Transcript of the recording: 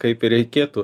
kaip ir reikėtų